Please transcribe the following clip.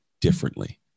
differently